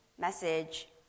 message